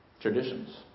traditions